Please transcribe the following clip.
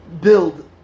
build